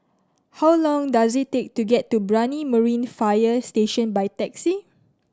how long does it take to get to Brani Marine Fire Station by taxi